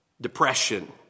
depression